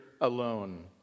alone